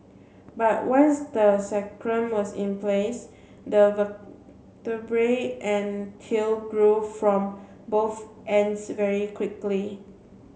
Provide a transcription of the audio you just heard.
but once the sacrum was in place the vertebrae and tail grew from both ends very quickly